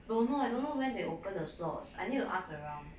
don't know I don't know when they opened the slot I need to ask around